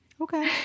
okay